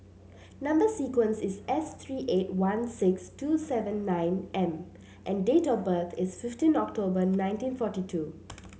number sequence is S three eight one six two seven nine M and date of birth is fifteen October nineteen forty two